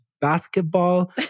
basketball